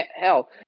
hell